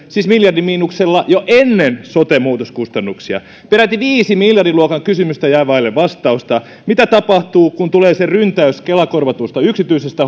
siis miljardi miinuksella jo ennen sote muutoskustannuksia peräti viisi miljardiluokan kysymystä jää vaille vastausta mitä tapahtuu kun tulee se ryntäys kela korvatusta yksityisestä